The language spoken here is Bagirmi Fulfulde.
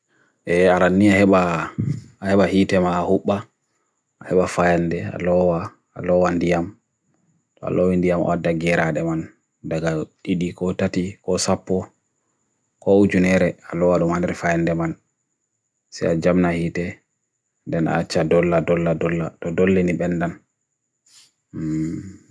e aran nia heba heba hite ma'a hoopba, heba fayande aloa wan diyam, aloa wan diyam oddagera de man, daga tidi ko tati, ko sapo, ko ujunere aloa luman refayande man, se jamna hite, dena acha dolla dolla dolla dolla nipendan.